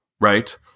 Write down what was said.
right